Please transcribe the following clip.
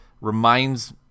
reminds